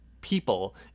people